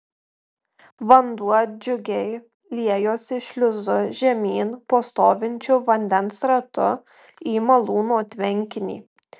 vanduo džiugiai liejosi šliuzu žemyn po stovinčiu vandens ratu į malūno tvenkinį